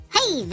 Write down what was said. Hey